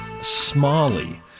Smalley